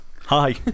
Hi